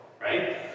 right